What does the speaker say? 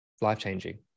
life-changing